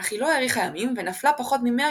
אך היא לא האריכה ימים ונפלה פחות ממאה